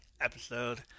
episode